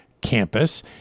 campus